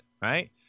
right